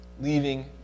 leaving